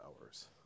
hours